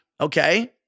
okay